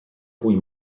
cui